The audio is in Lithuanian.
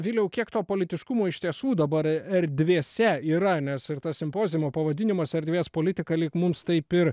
viliau kiek to politiškumo iš tiesų dabar erdvėse yra nes ir tos simpoziumo pavadinimas erdvės politika lyg mums taip ir